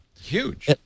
Huge